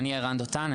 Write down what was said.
אני ערן דותן,